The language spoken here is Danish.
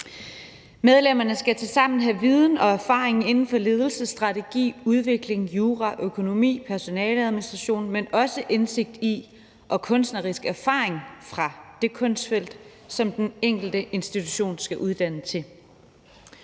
Medlemmerne skal tilsammen have viden og erfaring inden for ledelse, strategi, udvikling, jura, økonomi og personaleadministration, men også indsigt i og kunstnerisk erfaring fra det kunstfelt, som den enkelte institution skal uddanne til.